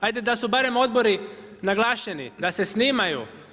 Hajde da su barem odbori naglašeni, da se snimaju.